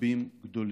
רבים גדולים.